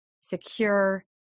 secure